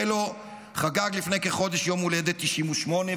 חגג לפני כחודש יום הולדת 98,